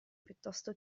piuttosto